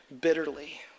bitterly